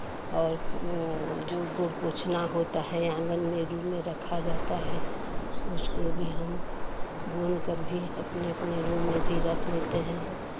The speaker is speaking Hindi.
और जो गोड़ पोछना होता है आंगन में रूम में रखा जाता है उसको भी हम बुनकर भी अपने अपने रूम में भी रख लेते हैं